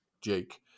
Jake